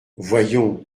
voyons